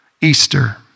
Easter